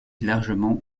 largement